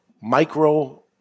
micro